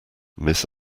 miss